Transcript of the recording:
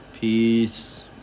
Peace